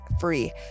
free